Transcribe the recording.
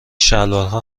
شلوارها